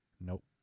Nope